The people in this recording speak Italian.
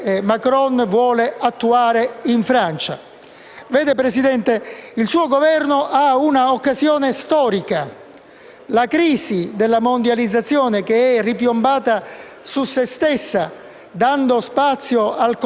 la crisi della mondializzazione che è ripiombata su se stessa dando spazio al confronto ringhioso tra nazionalismi: Trump e Putin, Xi Jinping, Shinzo Abe e Modi.